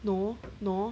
no no